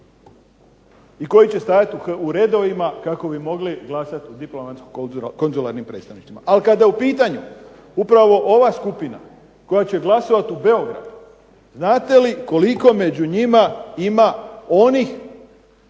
i koji će stajati u redovima kako bi mogli glasati u diplomatsko-konzularnim predstavništvima. Ali kada je u pitanju upravo ova skupina koja će glasovati u Beogradu, znate li koliko među njima ima onih